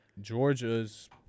Georgia's